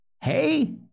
Hey